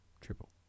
triple